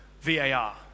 VAR